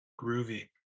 groovy